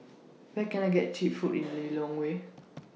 Where Can I get Cheap Food in Lilongwe